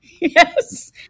yes